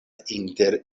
inter